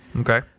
okay